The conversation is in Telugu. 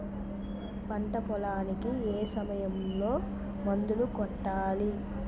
పంట పొలానికి ఏ సమయంలో మందులు కొట్టాలి?